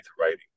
writing